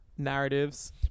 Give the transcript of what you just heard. Narratives